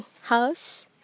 house